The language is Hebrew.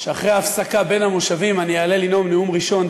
שאחרי ההפסקה בין המושבים אני אעלה לנאום נאום ראשון,